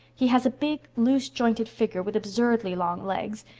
he has a big, loose-jointed figure with absurdly long legs.